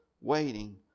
waiting